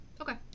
Okay